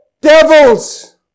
devils